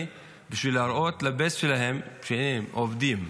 בשביל להראות לבייס שלהם שהם עובדים.